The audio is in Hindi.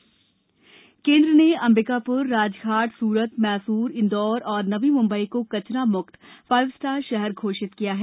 कचरा म्क्त शहर केंद्र ने अम्बिकापुर राजघाट सूरत मैसूर इंदौर और नवी मुंबई को कचरा मुक्त फाइव स्टार शहर घोषित किया है